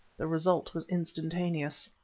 the result was instantaneous.